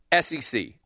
SEC